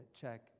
check